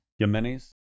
Yemenis